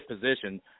position